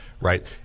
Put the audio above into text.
right